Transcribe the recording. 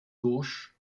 gauche